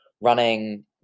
running